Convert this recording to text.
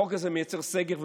החוק הזה מייצר סגר,